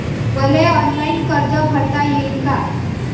मले ऑनलाईन कर्ज भरता येईन का?